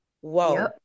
Whoa